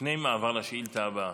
לפני מעבר לשאילתה הבאה.